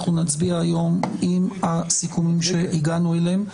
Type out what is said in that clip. אנחנו נצביע היום עם הסיכומים שהגענו אליהם.